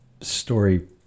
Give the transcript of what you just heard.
story